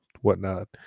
whatnot